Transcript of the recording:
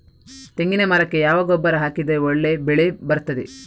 ತೆಂಗಿನ ಮರಕ್ಕೆ ಯಾವ ಗೊಬ್ಬರ ಹಾಕಿದ್ರೆ ಒಳ್ಳೆ ಬೆಳೆ ಬರ್ತದೆ?